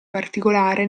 particolare